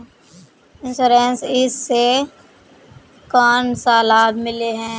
Insurance इस से कोन सा लाभ मिले है?